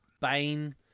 Bane